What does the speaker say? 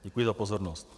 Děkuji za pozornost.